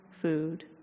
food